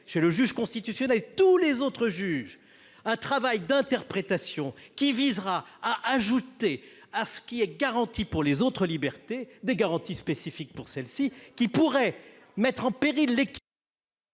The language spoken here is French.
chez le juge constitutionnel – et chez tous les autres juges – un travail d’interprétation qui le conduira à ajouter à ce qui est garanti pour les autres libertés des garanties spécifiques pour celle ci. Cela pourrait mettre en péril l’équilibre